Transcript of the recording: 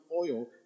oil